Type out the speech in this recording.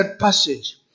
passage